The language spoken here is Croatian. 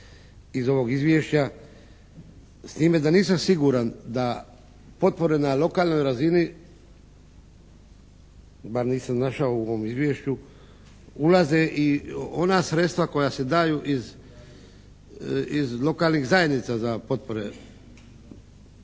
iz ovog izvješća s time da nisam siguran da potpore na lokalnoj razini, bar nisam našao u ovom izvješću, ulaze i ona sredstva koja se daju iz lokalnih zajednica za potpore,